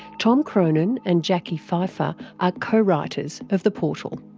tom cronin and jacqui fifer are co-writers of the portal.